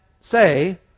say